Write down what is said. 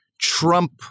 Trump